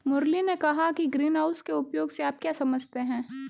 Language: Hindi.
मुरली ने कहा कि ग्रीनहाउस के उपयोग से आप क्या समझते हैं?